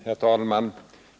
Herr talman!